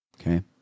Okay